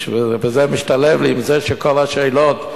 וזה משתלב לי עם זה שכל השאלות,